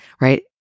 right